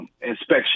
inspection